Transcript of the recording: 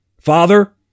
Father